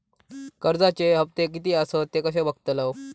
कर्जच्या हप्ते किती आसत ते कसे बगतलव?